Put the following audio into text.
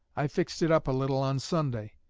i fixed it up a little on sunday,